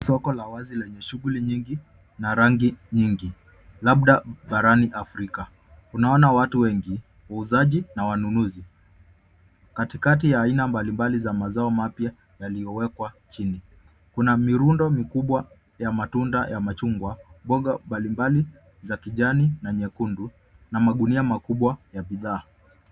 Soko la wazi lenye shughuli nyingi na rangi nyingi labda barani Afrika tunaona watu wengi; wauzaji na wanunuzi. katikati ya aina mbalimbali za mazao na pia yaliyowekwa chini, kuna mirundo mikubwa ya machungwa, mboga mbalimbali za kijani na nyekundu na magunia makubwa ya bidhaa.